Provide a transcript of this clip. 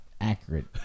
accurate